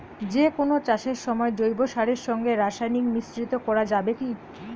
যে কোন চাষের সময় জৈব সারের সঙ্গে রাসায়নিক মিশ্রিত করা যাবে কি?